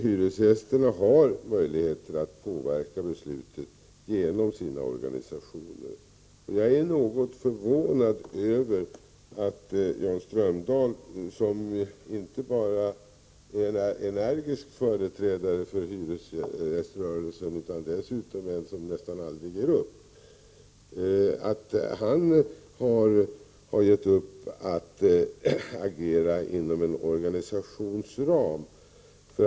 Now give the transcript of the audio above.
Hyresgästerna har möjlighet att påverka beslutet genom sina organisationer. Jag är förvånad över att Jan Strömdahl, som inte bara är en energisk företrädare för hyresgäströrelsen, utan dessutom nästan aldrig ger upp, har gett upp när det gäller att agera inom en organisations ram.